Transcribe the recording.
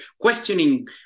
questioning